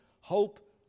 hope